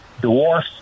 dwarf